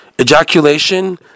ejaculation